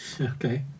Okay